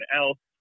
else